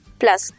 plus